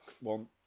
One